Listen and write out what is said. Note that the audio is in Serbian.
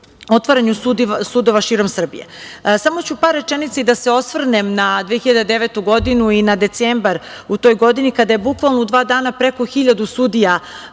otvaranju sudova širom Srbije. Samo ću u par rečenica da se osvrnem na 2009. godinu i da se osvrnem na decembar u toj godini kada je bukvalno u dva dana preko 1000 sudija